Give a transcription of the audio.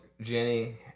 Jenny